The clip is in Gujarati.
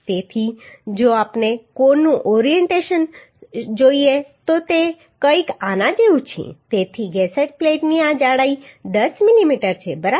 તેથી જો આપણે કોણનું ઓરિએન્ટેશન જોઈએ તો તે કંઈક આના જેવું છે તેથી ગસેટ પ્લેટની આ જાડાઈ 10 મીમી છે બરાબર